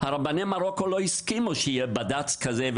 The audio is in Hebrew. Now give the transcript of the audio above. רבני מרוקו לא הסכימו שיהיה בד"ץ כזה,